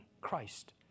Christ